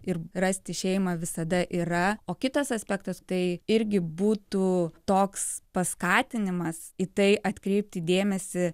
ir rasti šeimą visada yra o kitas aspektas tai irgi būtų toks paskatinimas į tai atkreipti dėmesį